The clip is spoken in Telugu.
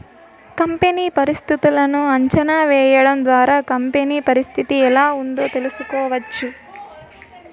కంపెనీ పరిస్థితులను అంచనా వేయడం ద్వారా కంపెనీ పరిస్థితి ఎలా ఉందో తెలుసుకోవచ్చు